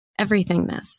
everythingness